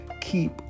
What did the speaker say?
keep